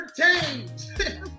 entertained